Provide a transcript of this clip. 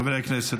חברי הכנסת,